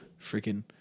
freaking